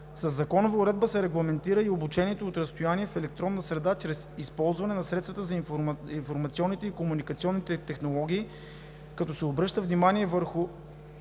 Със законова уредба се регламентира и обучението от разстояние в електронна среда чрез използване на средствата на информационните и комуникационните технологии, като се обръща внимание на